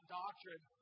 doctrine